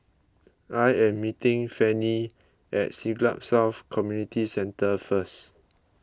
I am meeting Fannie at Siglap South Community Centre first